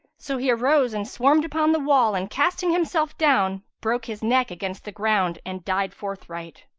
so he arose and swarmed upon the wall and casting himself down, broke his neck against the ground and died forthright.